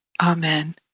Amen